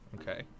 Okay